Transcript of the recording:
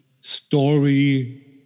story